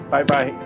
Bye-bye